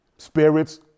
Spirits